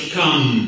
come